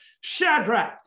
Shadrach